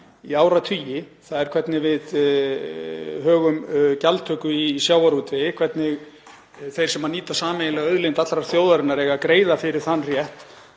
í áratugi, þ.e. hvernig við högum gjaldtöku í sjávarútvegi, hvernig þeir sem nýta sameiginlega auðlind allrar þjóðarinnar eiga að greiða fyrir þann rétt,